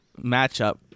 matchup